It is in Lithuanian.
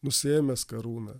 nusiėmęs karūną